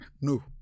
no